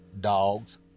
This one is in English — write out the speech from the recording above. dogs